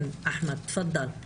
כן, אחמד, בבקשה.